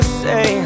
say